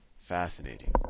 Fascinating